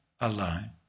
alone